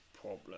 problem